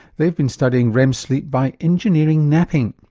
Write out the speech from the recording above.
they've been studying rem sleep by engineering napping.